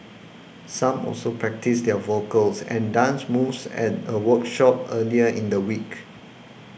some also practised their vocals and dance moves at a workshop earlier in the week